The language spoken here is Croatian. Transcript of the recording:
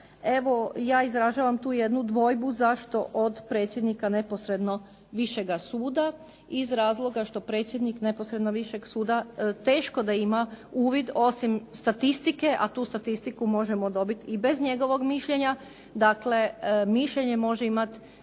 Evo, ja izražavam tu jednu dvojbu zašto od predsjednika neposredno višega suda iz razloga što predsjednik neposredno višeg suda teško da ima uvid osim statistike a tu statistiku možemo dobiti i bez njegovog mišljenja. Dakle, mišljenje može imati